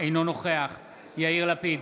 אינו נוכח יאיר לפיד,